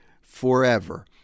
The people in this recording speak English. forever